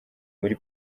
muri